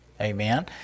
Amen